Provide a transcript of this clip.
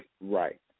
Right